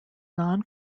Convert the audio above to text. non